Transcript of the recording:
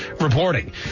reporting